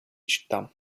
città